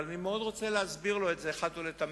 אבל אני מאוד רוצה להסביר לו את זה אחת ולתמיד,